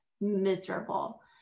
miserable